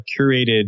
curated